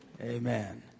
Amen